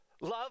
Love